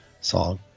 song